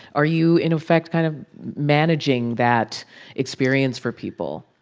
are you, in effect, kind of managing that experience for people?